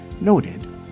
noted